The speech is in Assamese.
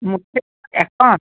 মোক একাউণ্ট